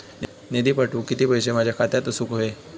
निधी पाठवुक किती पैशे माझ्या खात्यात असुक व्हाये?